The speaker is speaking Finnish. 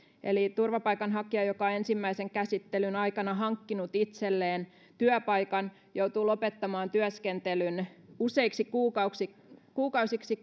eli turvapaikanhakija joka ensimmäisen käsittelyn aikana on hankkinut itselleen työpaikan joutuu lopettamaan työskentelyn useiksi kuukausiksi